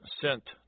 sent